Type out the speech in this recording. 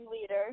leader